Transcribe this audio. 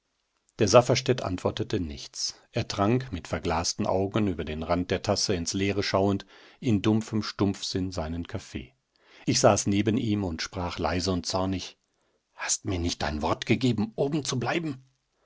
der safferstätt antwortete nichts er trank mit verglasten augen über den rand der tasse ins leere schauend in dumpfem stumpfsinn seinen kaffee ich saß neben ihm und sprach leise und zornig hast mir nicht dein wort gegeben oben zu bleiben